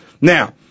Now